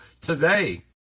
today